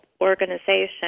organization